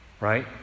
right